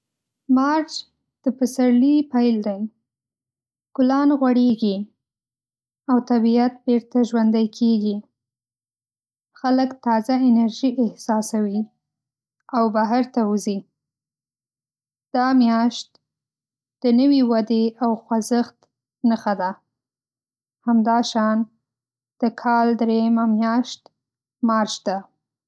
مارچ د پسرلي پیل دی. ګلان غوړېږي، او طبیعت بېرته ژوندی کېږي. خلک تازه انرژي احساسوي او بهر ته وځي. دا میاشت د نوې ودې او خوځښت نښه ده. همدا شان د کال دریمه میاشت مارچ ده.